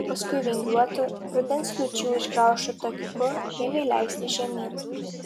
o paskui vingiuotu rudens liūčių išgraužtu takiuku ėmė leistis žemyn